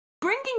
bringing